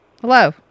Hello